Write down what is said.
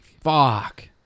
Fuck